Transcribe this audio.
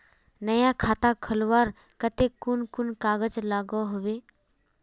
नया खाता खोलवार केते कुन कुन कागज लागोहो होबे?